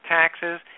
taxes